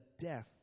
death